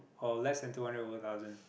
or less than two hundred over thousand